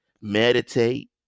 meditate